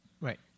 Right